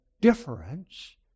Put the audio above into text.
difference